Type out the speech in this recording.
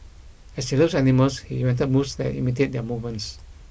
as he loves animals he invented moves that imitate their moments